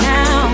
Now